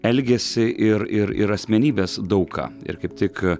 elgesį ir ir ir asmenybes daug ką ir kaip tik